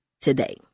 today